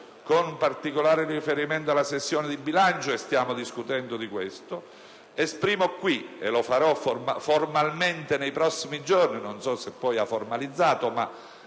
con particolare riferimento alla sessione di bilancio» - e stiamo discutendo di questo - «esprimo qui, e lo farò formalmente nei prossimi giorni» - non so se poi lo abbia fatto, ma